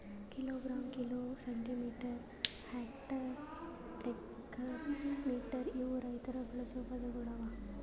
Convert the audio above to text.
kilogram, kilo, centimetre, hectare, acre, metre ಇವು ರೈತುರ್ ಬಳಸ ಪದಗೊಳ್ ಅವಾ